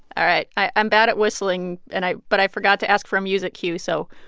all right. i'm bad at whistling, and i but i forgot to ask for music cue, so